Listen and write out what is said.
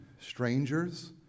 strangers